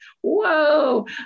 Whoa